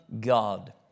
God